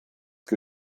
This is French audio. que